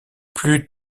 plus